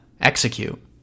execute